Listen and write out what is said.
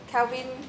Kelvin